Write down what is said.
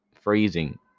freezing